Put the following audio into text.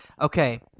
Okay